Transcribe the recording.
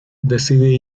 decide